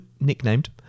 nicknamed